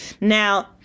now